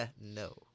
No